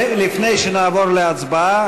לפני שנעבור להצבעה,